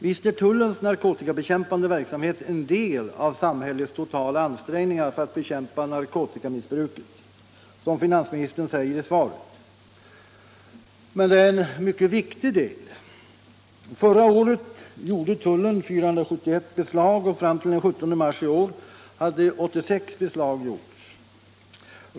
Visst är tullens narkotikabekämpande verksamhet en del av samhällets totala ansträngningar för att bekämpa narkotikamissbruket, som finansministern säger i svaret, men det är en mycket viktig del. Förra året gjorde tullen 471 beslag och fram till den 17 mars i år hade 86 beslag gjorts.